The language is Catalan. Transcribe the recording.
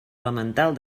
elemental